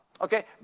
Okay